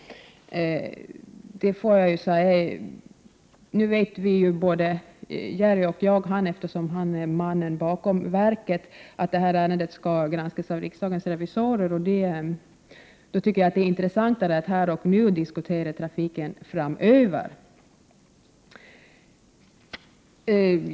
Eftersom han är mannen bakom verket, vet ju både han och jag att ärendet skall granskas av riksdagens revisorer. Därför tycker jag att det är intressantare att här och nu diskutera trafiken framöver.